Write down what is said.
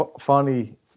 Funny